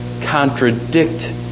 contradict